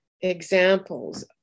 examples